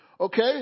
Okay